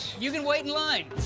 you can wait in line.